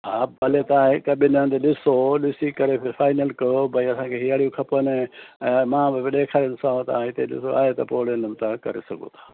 हा भले तव्हां हिकु ॿिनि हंध ॾिसो ॾिसी करे फ़िर फाइनल कयो भई असांखे अहिड़ियूं खपनि मां बि ॾेखारींदोसांव तव्हांखे मां हिते ॾिसो आहे त पोइ ओड़े नमूने तव्हां करे सघो था